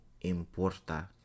importa